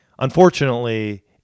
unfortunately